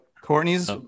Courtney's